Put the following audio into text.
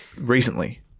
recently